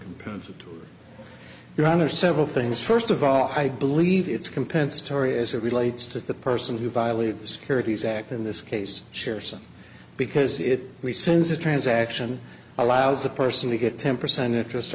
compensatory your honor several things first of all i believe it's compensatory as it relates to the person who violate the securities act in this case share something because it sends a transaction allows the person to get ten percent interest